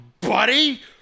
buddy